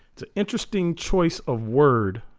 it's an interesting choice of word